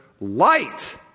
light